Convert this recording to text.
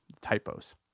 typos